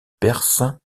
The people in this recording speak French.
perses